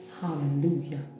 Hallelujah